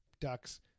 Ducks